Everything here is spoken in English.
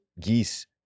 geese